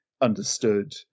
understood